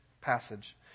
passage